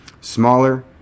Smaller